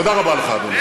תודה רבה לך, אדוני.